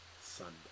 Sunday